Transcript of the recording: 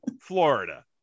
Florida